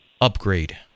Upgrade